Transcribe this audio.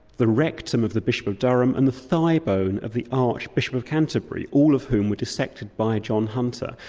the rectum of the bishop of durham and the thigh-bone of the archbishop of canterbury, all of whom were dissected by john hunter.